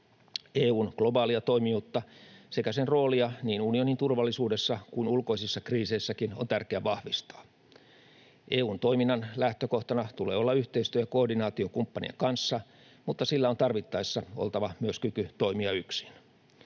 EU:n globaalia toimijuutta sekä sen roolia niin unionin turvallisuudessa kuin ulkoisissa kriiseissäkin on tärkeä vahvistaa. EU:n toiminnan lähtökohtana tulee olla yhteistyö ja koordinaatio kumppanien kanssa, mutta sillä on tarvittaessa oltava myös kyky toimia yksin.